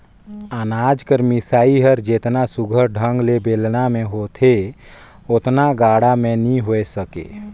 अनाज कर मिसई हर जेतना सुग्घर ढंग ले बेलना मे होथे ओतना गाड़ा मे नी होए सके